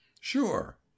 Sure